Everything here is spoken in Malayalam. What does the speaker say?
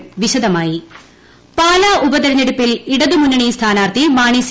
പാലാ വിജയം പാലാ ഉപതെരഞ്ഞെടുപ്പിൽ ഇടതുമുന്നണി സ്ഥാനാർത്ഥി മാണി സി